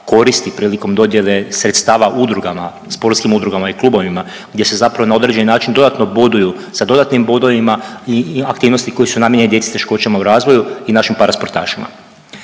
koristi prilikom dodjele sredstava udrugama, sportskim udrugama i klubovima, gdje se zapravo na određeni način dodatno boduju sa dodatnim bodovima i aktivnosti koje su namijenjene djeci s teškoćama u razvoju i našim parasportašima.